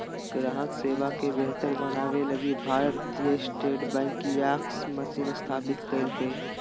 ग्राहक सेवा के बेहतर बनाबे लगी भारतीय स्टेट बैंक कियाक्स मशीन स्थापित कइल्कैय